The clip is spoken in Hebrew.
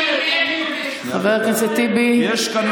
יש כאן